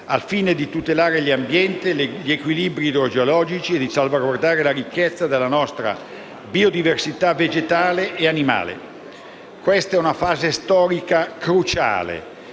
al fine di tutelare l'ambiente, gli equilibri idrogeologici e salvaguardare la ricchezza della nostra biodiversità vegetale e animale. Questa è una fase storica cruciale